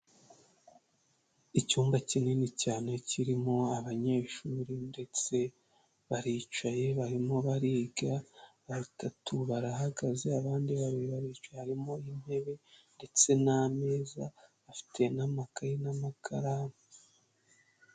Icyumba kinini cyane kirimo abanyeshuri ndetse baricaye barimo bariga, batatu barahagaze abandi babiri baricaye, harimo intebe ndetse n'ameza bafite n'amakaye n'amakaramu.